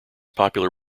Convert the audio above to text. popular